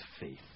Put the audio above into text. faith